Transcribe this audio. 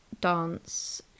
dance